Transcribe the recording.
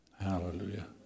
Hallelujah